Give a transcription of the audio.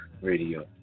Radio